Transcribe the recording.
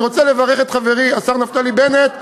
אני רוצה לברך את חברי השר נפתלי בנט.